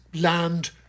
land